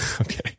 okay